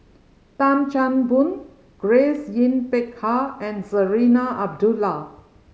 Tan Chan Boon Grace Yin Peck Ha and Zarinah Abdullah